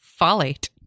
folate